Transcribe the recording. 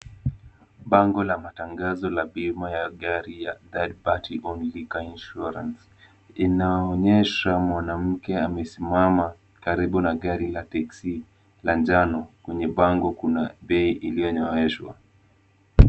Bango la matangazo la bima ya gari ya magari ya Third party Insurance. Inaonyesha mwanamke amesimama karibu na gari la taxi la njano. Kwenye bango kuna bei iliyoonyeshwa.